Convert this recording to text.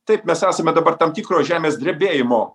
taip mes esame dabar tam tikro žemės drebėjimo